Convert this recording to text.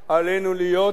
אדוני היושב-ראש,